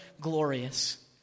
glorious